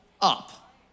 up